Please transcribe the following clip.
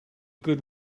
good